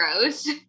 gross